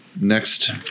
next